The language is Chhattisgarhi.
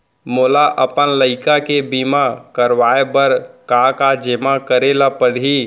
मोला अपन लइका के बीमा करवाए बर का का जेमा करे ल परही?